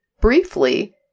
Briefly